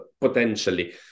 potentially